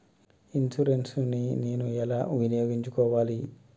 Insurance ని నేను ఎలా వినియోగించుకోవాలి?